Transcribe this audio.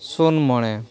ᱥᱩᱱ ᱢᱚᱬᱮ